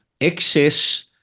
excess